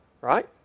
Right